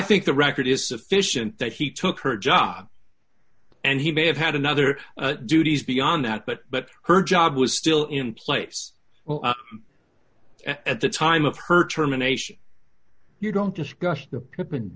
think the record is sufficient that he took her job and he may have had another duties beyond that but but her job was still in place well at the time of her terminations you don't discuss t